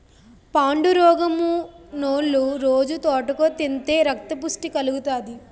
పాండురోగమున్నోలు రొజూ తోటకూర తింతే రక్తపుష్టి కలుగుతాది